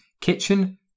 Kitchen